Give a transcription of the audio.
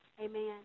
Amen